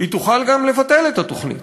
היא תוכל גם לבטל את התוכנית,